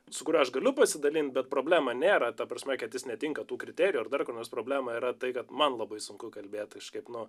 su kuriuo aš galiu pasidalint bet problema nėra ta prasme kad jis netinka tų kriterijų ar dar ko nors problema yra tai kad man labai sunku kalbėt kažkaip nu